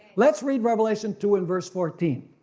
lets read revelation two in verse fourteen.